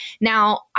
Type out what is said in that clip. Now